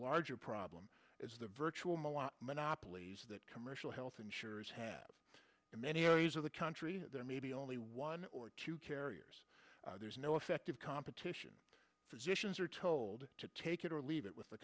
larger problem is the virtual monopolies that commercial health insurers have in many areas of the country there may be only one or two carriers there's no effective competition physicians are told to take it or leave it with the